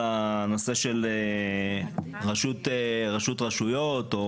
נושא רשות רשויות.